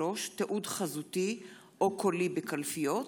73) (תיעוד חזותי או קולי בקלפיות),